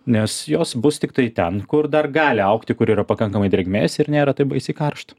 nes jos bus tiktai ten kur dar gali augti kur yra pakankamai drėgmės ir nėra taip baisiai karšta